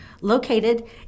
located